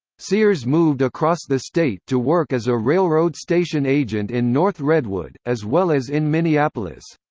sears moved across the state to work as a railroad station agent in north redwood, as well as in minneapolis.